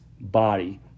body